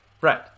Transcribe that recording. right